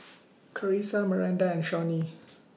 Carisa Maranda and Shawnee